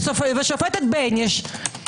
והשופטת בייניש,